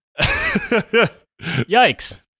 Yikes